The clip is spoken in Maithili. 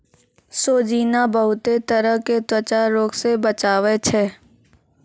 सोजीना बहुते तरह के त्वचा रोग से बचावै छै